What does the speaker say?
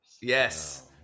Yes